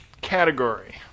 category